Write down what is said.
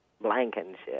Blankenship